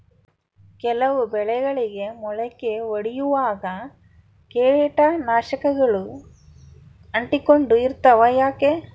ಕೆಲವು ಬೆಳೆಗಳಿಗೆ ಮೊಳಕೆ ಒಡಿಯುವಾಗ ಕೇಟನಾಶಕಗಳು ಅಂಟಿಕೊಂಡು ಇರ್ತವ ಯಾಕೆ?